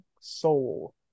Soul